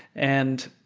and